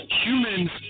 Humans